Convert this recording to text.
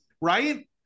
Right